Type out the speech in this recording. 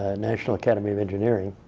ah national academy of engineering,